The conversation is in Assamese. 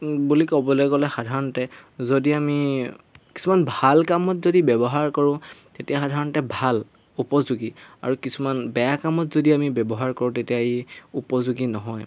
বুলি ক'বলৈ গ'লে সাধাৰণতে যদি আমি কিছুমান ভাল কামত যদি ব্যৱহাৰ কৰোঁ তেতিয়া সাধাৰণতে ভাল উপযোগী আৰু কিছুমান বেয়া কামত যদি আমি ব্যৱহাৰ কৰোঁ তেতিয়া ই উপযোগী নহয়